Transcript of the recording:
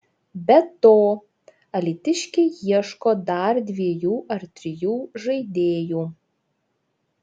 be to alytiškiai ieško dar dviejų ar trijų žaidėjų